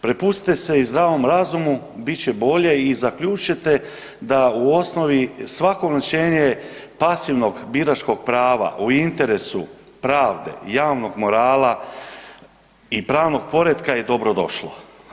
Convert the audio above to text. Prepustite se i zdravom razumu bit će bolje i zaključite da u osnovi svako ograničenje pasivnog biračkog prava u interesu pravde, javnog morala i pravnog poretka je dobro došlo.